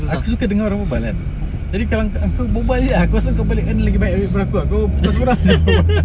aku sukar dengar orang berbual kan jadi kadang aku berbual jer aku rasa kau balikkan lebih baik daripada aku kau